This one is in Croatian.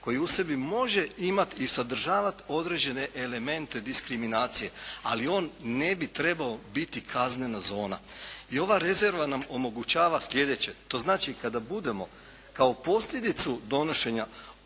koji u sebi može imati i sadržavati određene elemente diskriminacije, ali on ne bi trebao biti kaznena zona. I ova rezerva nam omogućava slijedeće, to znači kada budemo kao posljedicu donošenja